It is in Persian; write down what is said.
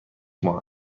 ماه